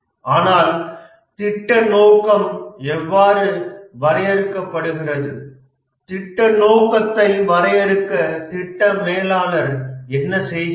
ஆனால் திட்ட நோக்கம் எவ்வாறு வரையறுக்கப்படுகிறது திட்ட நோக்கத்தை வரையறுக்க திட்ட மேலாளர் என்ன செய்கிறார்